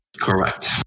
Correct